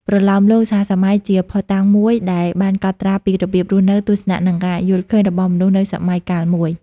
ប្រលោមលោកសហសម័យជាភស្តុតាងមួយដែលបានកត់ត្រាពីរបៀបរស់នៅ ទស្សនៈ និងការយល់ឃើញរបស់មនុស្សនៅសម័យកាលមួយ។